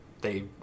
They